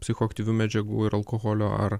psichoaktyvių medžiagų ir alkoholio ar